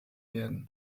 werden